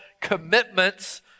commitments